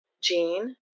gene